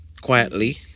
Quietly